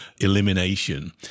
elimination